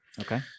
Okay